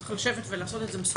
צריך לשבת ולעשות את זה מסודר.